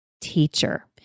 teacher